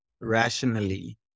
Rationally